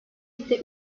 ise